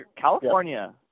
California